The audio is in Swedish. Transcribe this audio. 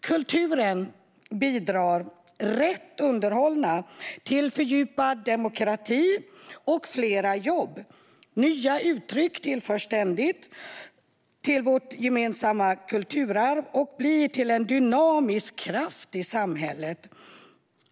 Kulturen bidrar, rätt underhållen, till fördjupad demokrati och fler jobb. Nya uttryck tillförs ständigt till vårt gemensamma kulturarv och blir till en dynamisk kraft i samhället.